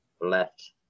left